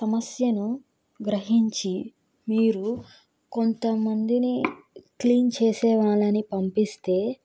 సమస్యను గ్రహించి మీరు కొంతమందిని క్లీన్ చేసే వాళ్ళని పంపిస్తే